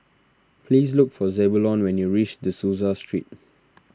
please look for Zebulon when you reach De Souza Street